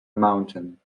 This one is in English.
mountain